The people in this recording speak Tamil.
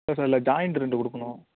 இல்லை சார் அதில் ஜாயிண்ட் ரெண்டு கொடுக்கணும்